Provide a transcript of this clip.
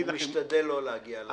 הוא משתדל לא להגיע לוועדה.